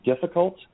difficult